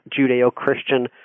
Judeo-Christian